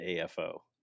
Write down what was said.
AFO